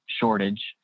shortage